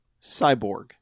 Cyborg